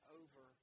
over